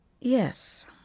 Yes